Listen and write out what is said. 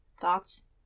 thoughts